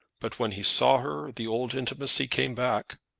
but when he saw her the old intimacy came back.